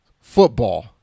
football